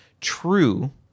True